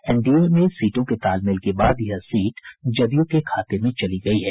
NDA में सीटों के तालमेल के बाद यह सीट जदयू के खाते में चली गयी है